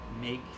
make